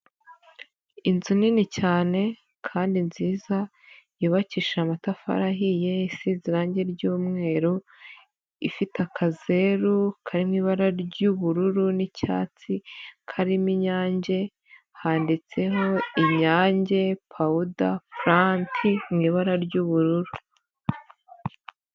Inzu nini cyane kandi nziza yubakishije amatafari ahiye isize irangi ry'umweru, ifite akazeru karimo ibara ry'ubururu n'icyatsi, karimo inyange handitseho inyange pawuda pulanti mu ibara ry'ubururu.